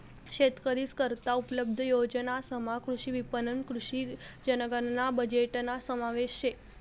शेतकरीस करता उपलब्ध योजनासमा कृषी विपणन, कृषी जनगणना बजेटना समावेश शे